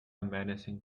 menacing